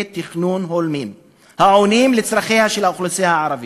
תכנון הולמים העונים על צרכיה של האוכלוסייה הערבית.